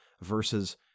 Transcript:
versus